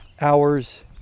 hours